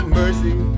mercy